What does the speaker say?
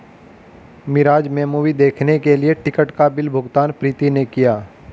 मिराज में मूवी देखने के लिए टिकट का बिल भुगतान प्रीति ने किया